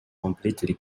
completely